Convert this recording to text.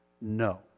No